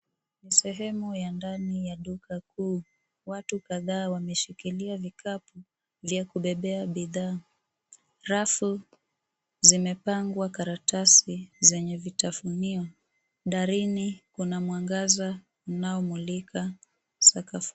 Sehemu ya ndani ya duka kuu. Watu kadhaa wameshikilia vikapu vya kubebea bidhaa. Rafu zimepangwa karatasi zenye vitafunio. Darini kuna mwangaza unaomulika sakafu.